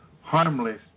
harmless